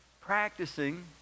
practicing